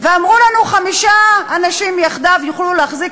ואמרו לנו: חמישה אנשים יחדיו יוכלו להחזיק